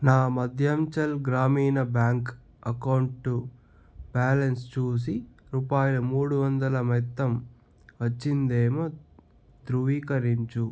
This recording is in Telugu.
నా Madhyanchal Gramin bank account balance చూసి రూపాయలు మూడు వందల మొత్తం వచ్చిందేమో ధృవీకరించు